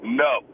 no